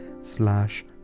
slash